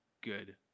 good